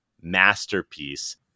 masterpiece